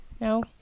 no